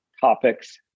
topics